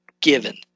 given